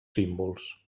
símbols